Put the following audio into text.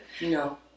No